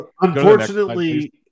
Unfortunately